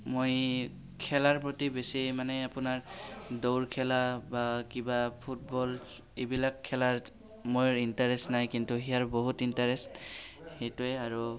মই খেলাৰ প্ৰতি বেছি মানে আপোনাৰ দৌৰ খেলা বা কিবা ফুটবল এইবিলাক খেলাত মোৰ ইণ্টাৰেষ্ট নাই কিন্তু সিয়াৰ বহুত ইণ্টাৰেষ্ট সেইটোৱে আৰু